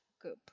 group